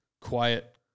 quiet